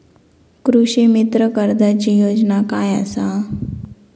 कृषीमित्र कर्जाची योजना काय असा?